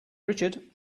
richard